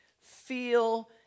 feel